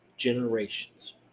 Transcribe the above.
generations